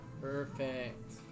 perfect